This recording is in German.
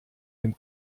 dem